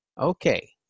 Okay